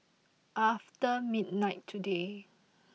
after midnight today